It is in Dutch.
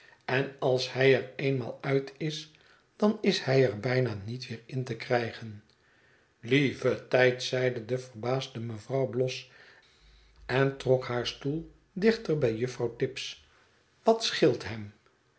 en als hij er eenmaal uit is dan is hij er bijna niet weer in te krijgen lieve tijd zeide de verbaasde mevrouw bloss en trok haar stoel dichter bij juffrouw tibbs wat scheelt hem